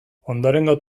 ondorengo